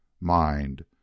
Mind